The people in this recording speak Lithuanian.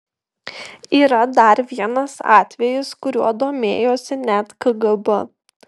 yra dar vienas atvejis kuriuo domėjosi net kgb